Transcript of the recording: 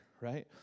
right